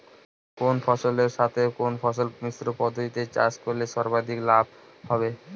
কোন ফসলের সাথে কোন ফসল মিশ্র পদ্ধতিতে চাষ করলে সর্বাধিক লাভ হবে?